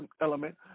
element